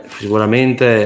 sicuramente